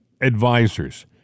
advisors